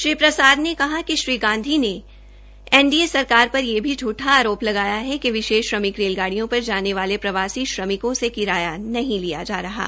श्री प्रसाद ने कहा कि श्री गांधी ने एनडीए सरकार पर यह भी झूठा आरोप लगाया है कि विशेष श्रमिक रेलगाडियों पर जाने वाले प्रवासी श्रमिकों से किराया लिया जा रहा है